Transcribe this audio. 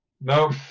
No